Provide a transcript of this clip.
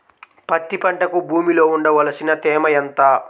పత్తి పంటకు భూమిలో ఉండవలసిన తేమ ఎంత?